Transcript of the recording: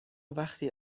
وقتی